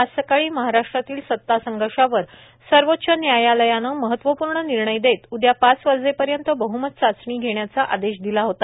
आज सकाळी महाराष्ट्रातील सत्ता संघर्षावर सर्वोच्व व्यायालयानं महत्वपूर्ण विर्णय देत उद्या पाच वाजेपर्यंत बहुमत चाचणी घेण्याचा आदेश दिला होता